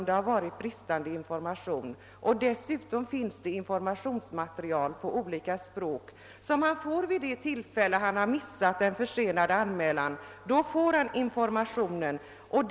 Den som gör en försenad anmälan får dessutom ett sådant informationsmaterial att han inte skall behöva missa något mer tillfälle.